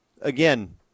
Again